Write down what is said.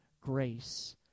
grace